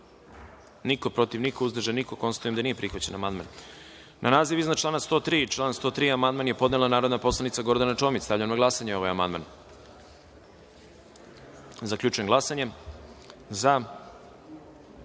niko, protiv – niko, uzdržanih – nema. Konstatujem da nije prihvaćen amandman. Na naziv iznad člana 98. i član 98. amandman je podnela narodna poslanica Gordana Čomić. Stavljam na glasanje ovaj amandman. Zaključujem glasanje